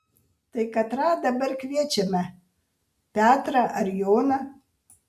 tai katrą dabar kviečiame petrą ar joną